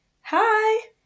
hi